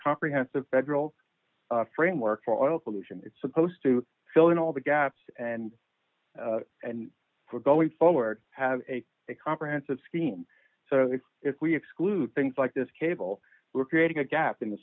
comprehensive federal framework for oil pollution it's supposed to fill in all the gaps and and we're going forward have a comprehensive scheme so if we exclude things like this cable we're creating a gap in th